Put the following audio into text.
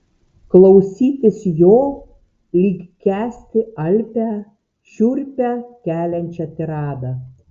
klausytis jo lyg kęsti alpią šiurpą keliančią tiradą